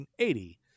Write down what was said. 1980